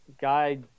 guy